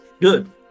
Good